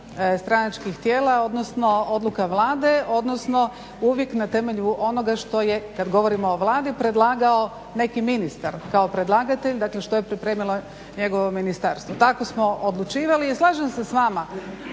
stranačkih tijela, odnosno odluka Vlade, odnosno uvijek na temelju onoga što je kad govorimo o Vladi predlagao neki ministar kao predlagatelj. Dakle, što je pripremilo njegovo ministarstvo. Tako smo odlučivali. I slažem se s vama,